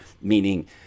meaning